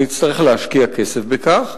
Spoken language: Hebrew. נצטרך להשקיע כסף בכך,